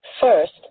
First